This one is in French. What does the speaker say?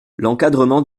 l’encadrement